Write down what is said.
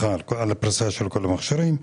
הפריסה של כל המכשירים.